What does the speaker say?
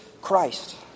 Christ